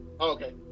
okay